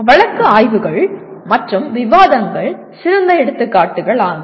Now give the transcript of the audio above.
வழக்கு ஆய்வுகள் மற்றும் விவாதங்கள் சிறந்த எடுத்துக்காட்டுகள் ஆகும்